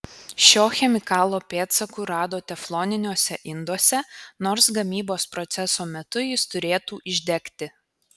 šio chemikalo pėdsakų rado tefloniniuose induose nors gamybos proceso metu jis turėtų išdegti